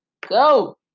go